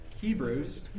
Hebrews